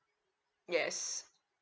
yes